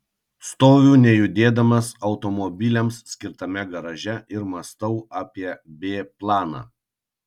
stoviu nejudėdamas automobiliams skirtame garaže ir mąstau apie b planą